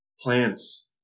plants